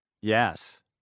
yes